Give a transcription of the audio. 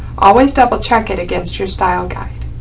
always double check it against your style guide.